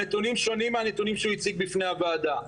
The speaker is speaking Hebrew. הנתונים שונים מהנתונים שהוא הציג בפני הוועדה,